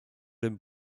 dem